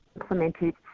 implemented